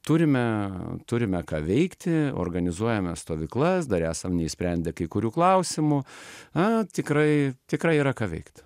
turime turime ką veikti organizuojame stovyklas dar esam neišsprendę kai kurių klausimų a tikrai tikrai yra ką veikt